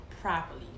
properly